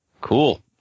Cool